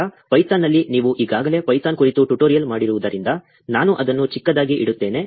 ನಂತರ ಪೈಥಾನ್ನಲ್ಲಿ ನೀವು ಈಗಾಗಲೇ ಪೈಥಾನ್ ಕುರಿತು ಟ್ಯುಟೋರಿಯಲ್ ಮಾಡಿರುವುದರಿಂದ ನಾನು ಅದನ್ನು ಚಿಕ್ಕದಾಗಿ ಇಡುತ್ತೇನೆ